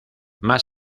más